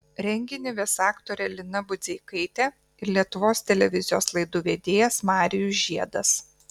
renginį ves aktorė lina budzeikaitė ir lietuvos televizijos laidų vedėjas marijus žiedas